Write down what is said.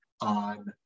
on